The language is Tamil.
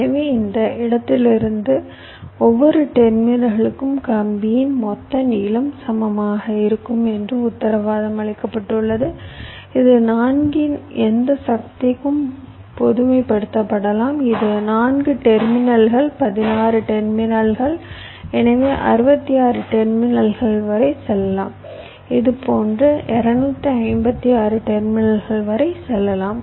எனவே இந்த இடத்திலிருந்து ஒவ்வொரு டெர்மினல்களுக்கும் கம்பியின் மொத்த நீளம் சமமாக இருக்கும் என்று உத்தரவாதம் அளிக்கப்பட்டுள்ளது இது 4 இன் எந்த சக்திக்கும் பொதுமைப்படுத்தப்படலாம் இது 4 டெர்மினல்கள் 16 டெர்மினல்கள் எனவே 64 டெர்மினல்கள் வரை செல்லலாம் இது போன்ற 256 டெர்மினல்கள் வரை செல்லலாம்